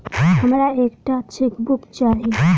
हमरा एक टा चेकबुक चाहि